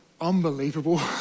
unbelievable